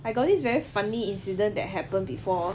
I got this very funny incident that happened before